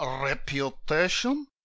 reputation